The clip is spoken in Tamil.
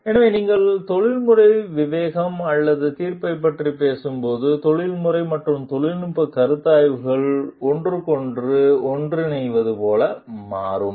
எனவே நீங்கள் தொழில்முறை விவேகம் மற்றும் தீர்ப்பைப் பற்றி பேசும்போது நெறிமுறை மற்றும் தொழில்நுட்பக் கருத்தாய்வுகள் ஒருவருக்கொருவர் ஒன்றிணைவது போல மாறும்